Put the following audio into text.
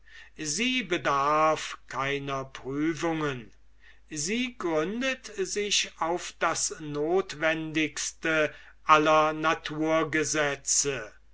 sie bedarf keiner prüfungen sie gründet sich auf das notwendigste aller naturgesetze